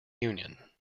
union